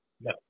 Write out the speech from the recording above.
no